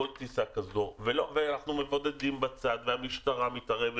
כל טיסה כזאת ואנחנו מבודדים בצד והמשטרה מתערבת